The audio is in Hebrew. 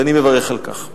ואני מברך על כך.